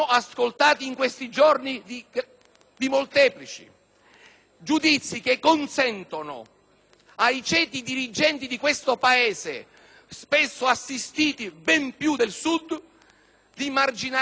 giudizi che consentono ai ceti dirigenti di questo Paese, spesso assistiti ben più del Sud, di marginalizzare il problema, di rimuoverlo, concedendoci